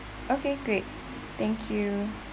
okay great thank you